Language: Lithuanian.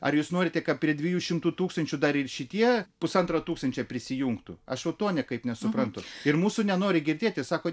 ar jūs norite kad prie dviejų šimtų tūkstančių dar ir šitie pusantro tūkstančio prisijungtų aš to niekaip nesuprantu ir mūsų nenori girdėti sako